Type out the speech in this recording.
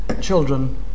children